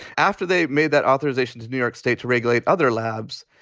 after they made that authorization to new york state to regulate other labs,